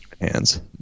Hands